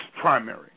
primary